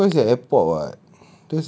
ya because at airport [what]